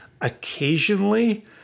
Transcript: occasionally